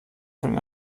von